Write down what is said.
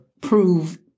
prove